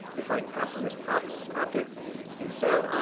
it's like passing this props object and so